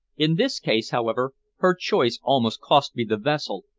in this case, however, her choice almost cost me the vessel,